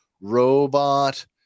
robot